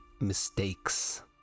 mistakes